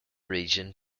region